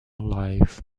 live